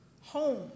home